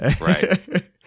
Right